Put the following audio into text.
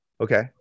Okay